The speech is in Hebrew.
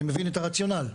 אני מבין את הרציונל?